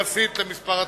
יחסית למספר התושבים.